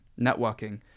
networking